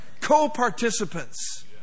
co-participants